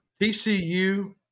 TCU